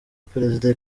perezida